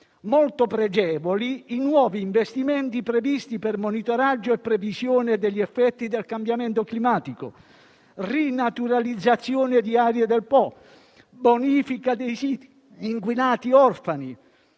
Molto pregevoli i nuovi investimenti previsti per il monitoraggio e la previsione degli effetti del cambiamento climatico, la rinaturalizzazione di aree del Po, la bonifica dei siti inquinati orfani,